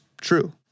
true